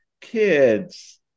kids